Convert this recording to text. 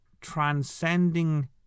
transcending